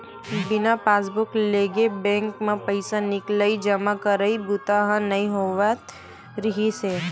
बिना पासबूक लेगे बेंक म पइसा निकलई, जमा करई बूता ह नइ होवत रिहिस हे